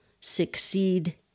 succeed